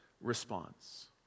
response